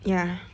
ya